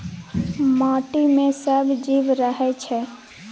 माटि मे सब जीब रहय छै